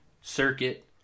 circuit